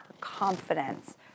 confidence